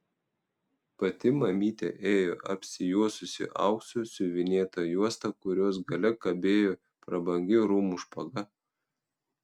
pati mamytė ėjo apsijuosusi auksu siuvinėta juosta kurios gale kabėjo prabangi rūmų špaga